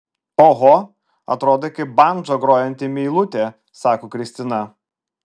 oho atrodai kaip bandža grojanti meilutė sako kristina